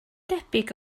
debyg